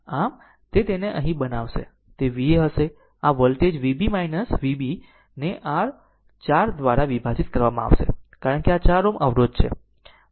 આમ તે તેને અહીં બનાવશે તે Va હશે આ વોલ્ટેજ Vb Vb ને r 4 દ્વારા વિભાજિત કરવામાં આવશે કારણ કે આ 4 Ω અવરોધ છે